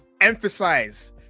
Emphasize